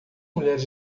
mulheres